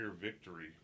victory